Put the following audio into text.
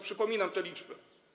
Przypominam te liczby.